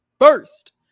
first